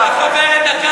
בכל זאת,